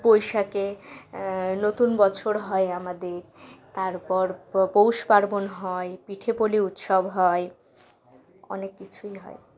বৈশাখে নতুন বছর হয় আমাদের তারপর পৌষ পার্বণ হয় পিঠে পুলি উৎসব হয় অনেক কিছুই হয়